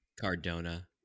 Cardona